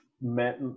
met